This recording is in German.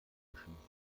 beschließen